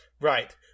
Right